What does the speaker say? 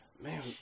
man